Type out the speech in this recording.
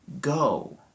go